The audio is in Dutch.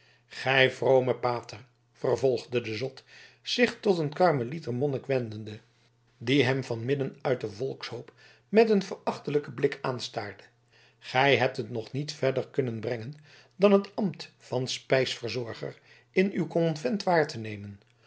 gij vrome pater vervolgde de zot zich tot een karmelieter monnik wendende die hem van midden uit den volkshoop met een verachtelijken blik aanstaarde gij hebt het nog niet verder kunnen brengen dan het ambt van spijsverzorger in uw konvent waar te nemen